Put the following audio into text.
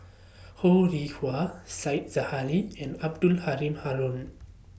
Ho Rih Hwa Said Zahari and Abdul Halim Haron